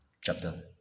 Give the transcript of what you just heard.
chapter